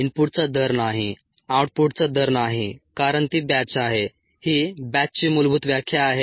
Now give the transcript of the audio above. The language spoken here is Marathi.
इनपुटचा दर नाही आउटपुटचा दर नाही कारण ती बॅच आहे ही बॅचची मूलभूत व्याख्या आहे